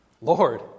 Lord